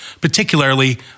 particularly